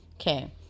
Okay